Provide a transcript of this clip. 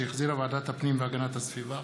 שהחזירה ועדת הפנים והגנת הסביבה.